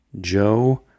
Joe